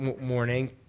morning